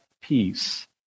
Peace